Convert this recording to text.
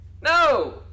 No